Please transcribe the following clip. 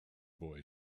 boy